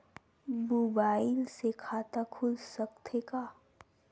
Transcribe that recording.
Mobile से खाता खुल सकथे का?